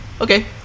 okay